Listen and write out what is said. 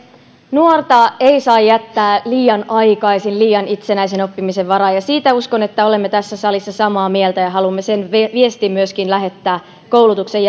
nuorta ei saa jättää liian aikaisin liian itsenäisen oppimisen varaan uskon että olemme siitä tässä salissa samaa mieltä ja haluamme sen viestin myöskin lähettää koulutuksen